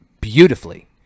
beautifully